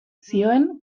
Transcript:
zioen